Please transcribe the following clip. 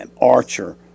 Archer